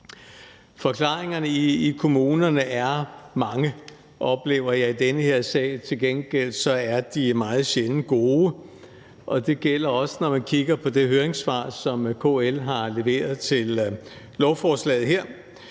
Forklaringerne i kommunerne er mange, oplever jeg, i den her sag. Til gengæld er de meget sjældent gode, og det gælder også, når man kigger på det høringssvar, som KL har leveret til lovforslaget her.